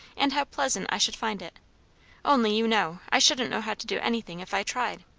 and how pleasant i should find it only, you know, i shouldn't know how to do anything if i tried.